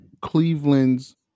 Cleveland's